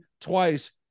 twice